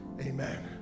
amen